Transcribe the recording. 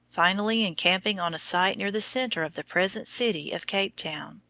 finally encamping on a site near the centre of the present city of cape town.